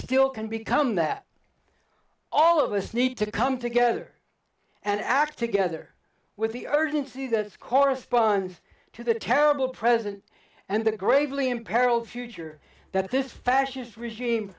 still can become that all of us need to come together and act together with the urgency that corresponds to the terrible present and the gravely in peril future that this fascist regime